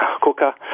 Coca